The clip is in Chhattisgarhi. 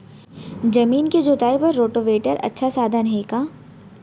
जमीन के जुताई बर रोटोवेटर अच्छा साधन हे का?